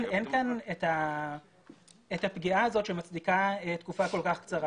אין כאן את הפגיעה הזאת שמצדיקה תקופה כל כך קצרה.